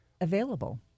available